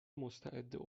مستعد